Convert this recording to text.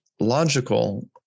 logical